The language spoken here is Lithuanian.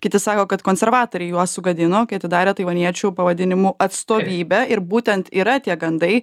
kiti sako kad konservatoriai juos sugadino kai atidarė taivaniečių pavadinimu atstovybę ir būtent yra tie gandai